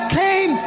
came